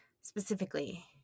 specifically